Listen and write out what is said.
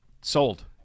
sold